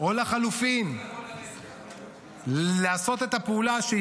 או לחלופין לעשות את הפעולה -- הוא חזר מההתפטרות,